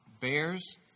bears